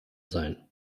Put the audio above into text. sein